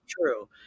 true